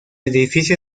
edificio